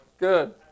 Good